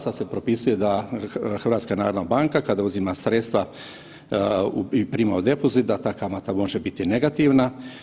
Sad se propisuje da HNB kada uzima sredstva i prima u depozit da ta kamata može biti negativna.